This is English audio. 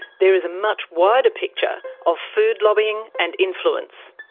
there is a much wider picture of food lobbying and influence.